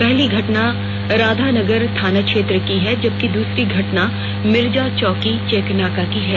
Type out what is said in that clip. पहली घटना राधानगर थाना क्षेत्र की है जबकि दुसरी घटना मिर्जाचौकी चेकनाका की है